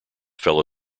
fellow